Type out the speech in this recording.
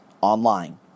online